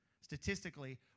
statistically